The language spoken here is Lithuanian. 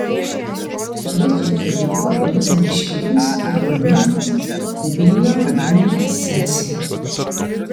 šviečiančių gyvų organizmų reiškinys yra vadinamas bioliuminescencija